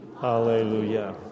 Hallelujah